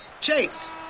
Chase